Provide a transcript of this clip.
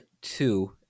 two